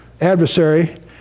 adversary